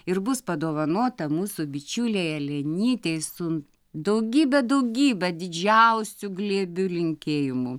ir bus padovanota mūsų bičiulei elenytei su daugybe daugybe didžiausiu glėbiu linkėjimų